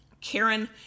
Karen